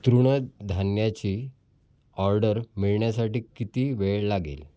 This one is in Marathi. तृणधान्याची ऑर्डर मिळण्यासाठी किती वेळ लागेल